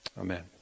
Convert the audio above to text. amen